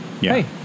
Hey